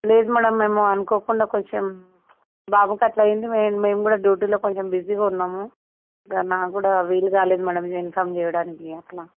లేదు మ్యాడమ్ మేము అనుకోకుండా కొంచెం బాబుకి అట్లా అయింది మేము మేము కూడా డ్యూటీలో కొంచెం బిజీగా ఉన్నాము ఇక నాకు కూడా వీలు కాలేదు మ్యాడమ్ ఇన్ఫామ్ చేయడానికి అట్ల